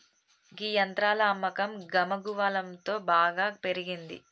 గీ యంత్రాల అమ్మకం గమగువలంతో బాగా పెరిగినంది